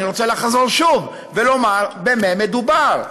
אני רוצה לחזור שוב ולומר במה מדובר.